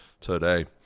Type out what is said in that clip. today